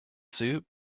soup